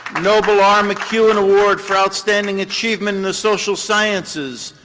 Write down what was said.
nobel r. mccuen award for outstanding achievement in the social sciences,